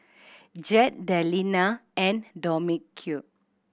Jett Delina and Dominque